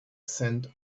scent